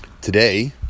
Today